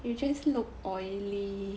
you just look oily